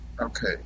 Okay